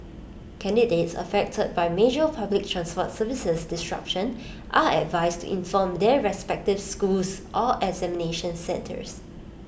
candidates affected by major public transport service disruption are advised to inform their respective schools or examination centres